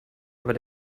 aber